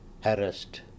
harassed